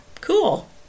Cool